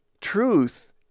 Truth